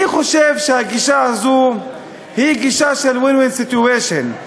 אני חושב שהגישה הזו היא גישה של win-win situation,